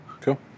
Cool